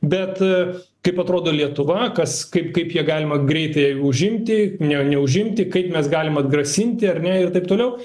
bet kaip atrodo lietuva kas kaip kaip ją galima greitai užimti ne neužimti kaip mes galim atgrasinti ar ne ir taip toliau